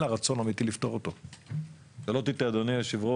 האפשרות לשימוש בכספים אלה להורדת מחירי הדירות - ממצאי דו״ח